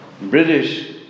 British